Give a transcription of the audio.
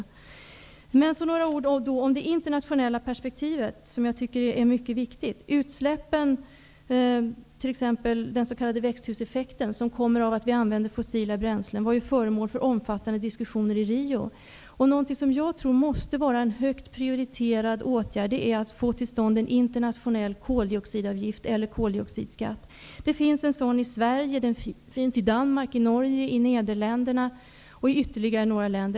Jag vill nämna några ord om det internationella perspektivet som jag tycker är mycket viktigt. Den s.k. växthuseffekten, som uppstår genom att vi använder fossila bränslen, var föremål för omfattande diskussioner i Rio. Något som jag tror måste vara en högt prioriterad åtgärd är att få till stånd en internationell koldioxidavgift eller koldioxidskatt. Det finns en sådan i Sverige, i Danmark, i Norge och i Nederländerna samt i ytterligare några länder.